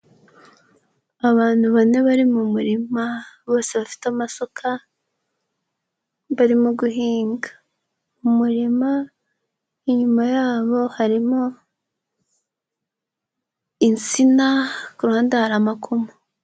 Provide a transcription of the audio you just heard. Abantu bane bari mu murima bose bafite amasuka barimo guhinga umurima, inyuma yabo harimo insina, ku ruhande hari amakoma.